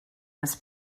this